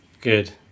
Good